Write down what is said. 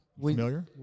familiar